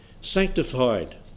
sanctified